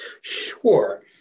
Sure